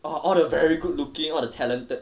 orh all the very good looking all the talented